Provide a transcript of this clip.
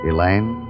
Elaine